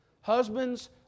Husbands